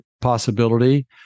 possibility